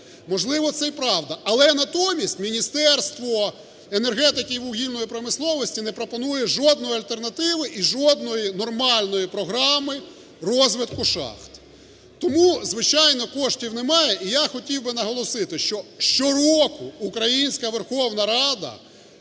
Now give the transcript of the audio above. можливо, це і правда. Але натомість Міністерство енергетики і вугільної промисловості не пропонує жодної альтернативи і жодної нормальної програми розвитку шахт, тому, звичайно, коштів немає. І я хотів би наголосити, що щороку українська Верховна Рада